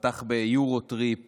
שפתח ביורו-טריפ